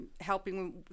helping